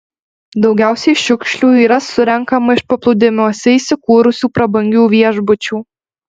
daugiausiai šiukšlių yra surenkama iš paplūdimiuose įsikūrusių prabangių viešbučių